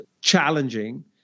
challenging